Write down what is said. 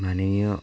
माननीय